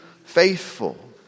faithful